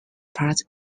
part